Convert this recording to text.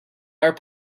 our